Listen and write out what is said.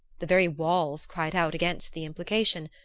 the very walls cried out against the implication.